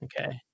Okay